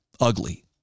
ugly